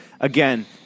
again